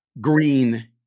green